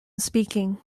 speaking